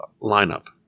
lineup